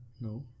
No